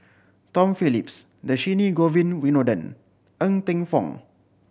Tom Phillips Dhershini Govin Winodan Ng Teng Fong